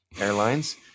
Airlines